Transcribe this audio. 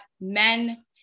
men